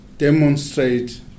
Demonstrate